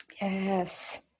Yes